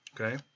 Okay